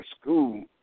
school